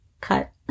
cut